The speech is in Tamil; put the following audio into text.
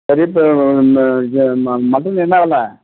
சரி இப்போ ம ம ம மட்டன் என்ன வில